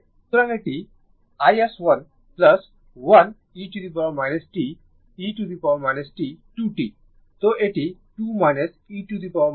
সুতরাং এটি iS1 1 e t e t 2 t তো এটি 2 e t 2 t হবে